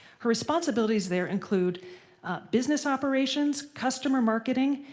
her responsibilities there include business operations, customer marketing,